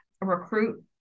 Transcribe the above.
recruit